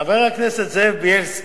חבר הכנסת זאב בילסקי,